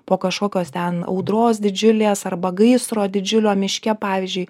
po kažkokios ten audros didžiulės arba gaisro didžiulio miške pavyzdžiui